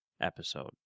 episode